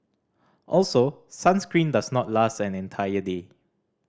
also sunscreen does not last an entire day